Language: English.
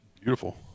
Beautiful